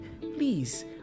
please